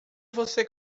você